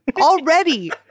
already